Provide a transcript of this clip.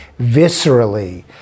viscerally